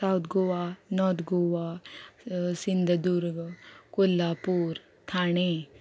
south Goa north Goa Sindhudurg Kolhapur Thane